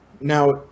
Now